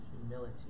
humility